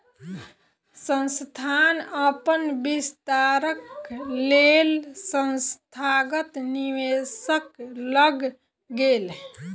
संस्थान अपन विस्तारक लेल संस्थागत निवेशक लग गेल